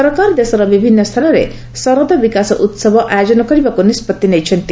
ସରକାର ଦେଶର ବିଭିନ୍ନ ସ୍ଥାନରେ ଶରଦ ବିକାଶ ଉତ୍ସବ ଆୟୋଜନ କରିବାକୁ ନିଷ୍ପଭି ନେଇଛନ୍ତି